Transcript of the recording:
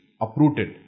uprooted